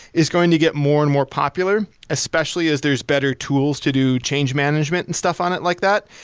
is going to get more and more popular especially as there's better tools to do change management and stuff on it like that.